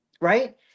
Right